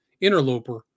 interloper